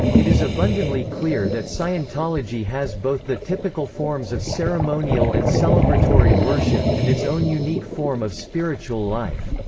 it is abundantly clear that scientology has both the typical forms of ceremonial and celebratory worship and its own unique form of spiritual life.